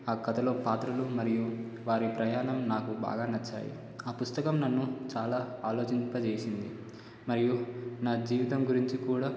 ఆ కథలో పాత్రలు మరియు వారి ప్రయాణం నాకు బాగా నచ్చాయి ఆ పుస్తకం నన్ను చాలా ఆలోచంపజేసింది మరియు నా జీవితం గురించి కూడా